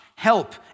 Help